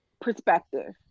perspective